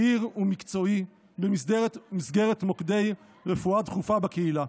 מהיר ומקצועי במסגרת מוקדי רפואה דחופה בקהילה.